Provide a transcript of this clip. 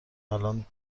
الان